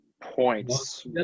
points